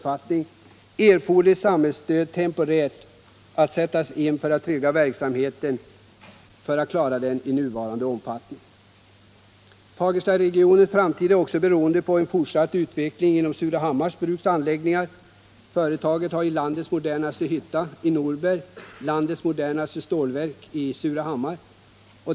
Fagerstaregionens framtid är också beroende av den fortsatta utvecklingen vid Surahammars Bruks AB:s anläggningar. Företaget har landets modernaste hytta i Norberg och landets modernaste stålverk i Surahammar.